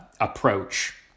approach